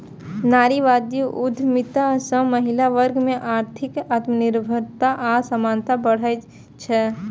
नारीवादी उद्यमिता सं महिला वर्ग मे आर्थिक आत्मनिर्भरता आ समानता बढ़ै छै